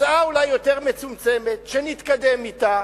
הצעה אולי יותר מצומצמת, שנתקדם אתה,